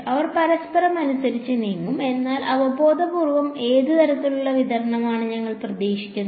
അവർ പരസ്പരം അനുസരിച്ചു നീങ്ങും എന്നാൽ അവബോധപൂർവ്വം ഏത് തരത്തിലുള്ള വിതരണമാണ് നിങ്ങൾ പ്രതീക്ഷിക്കുന്നത്